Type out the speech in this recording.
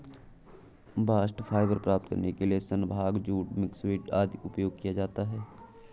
bast fibre प्राप्त करने के लिए सन, भांग, जूट, मिल्कवीड आदि का उपयोग किया जाता है